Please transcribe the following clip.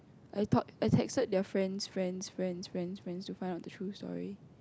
I talk I texted their friend's friend's friend's friend's friends to find out the true story